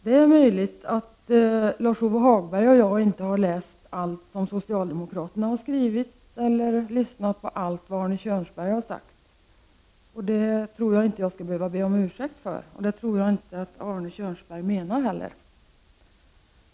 Det är möjligt att Lars-Ove Hagberg och jag inte har läst allt som socialdemokraterna har skrivit eller lyssnat på allt vad Arne Kjörnsberg har sagt. Det tror jag inte att jag skall behöva be om ursäkt för, och det tror jag inte heller att Arne Kjörnsberg menade.